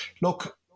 look